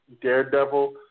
Daredevil